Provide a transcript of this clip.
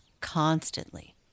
constantly